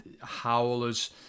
howlers